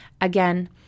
Again